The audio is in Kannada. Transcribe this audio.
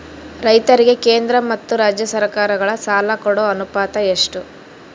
ರೈತರಿಗೆ ಕೇಂದ್ರ ಮತ್ತು ರಾಜ್ಯ ಸರಕಾರಗಳ ಸಾಲ ಕೊಡೋ ಅನುಪಾತ ಎಷ್ಟು?